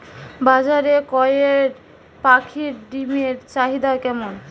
বাজারে কয়ের পাখীর ডিমের চাহিদা কেমন?